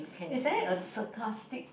is there a sarcastic